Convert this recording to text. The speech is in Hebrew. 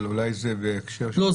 אבל זה אולי בהקשר של --- לא,